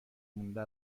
مانده